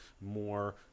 more